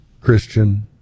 Christian